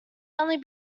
only